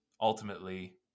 Ultimately